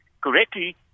Correctly